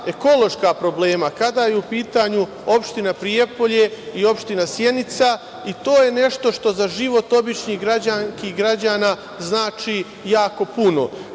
ekološka problema. Kada je u pitanju opština Prijepolje i opština Sjenica i to je nešto što za život običnih građanki i građana znači puno. Takođe